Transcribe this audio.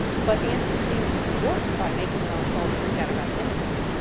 but the anthropocene works by making it all, so freak out about finitude.